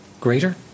greater